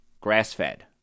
grass-fed